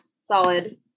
Solid